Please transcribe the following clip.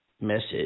message